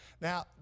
now